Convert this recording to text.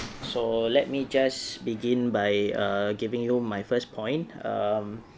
so let me just begin by err giving you my first point um